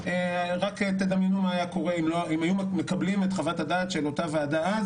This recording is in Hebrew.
רק דמיינו מה היה קורה אם היו מקבלים את חוות הדעת של הוועדה אז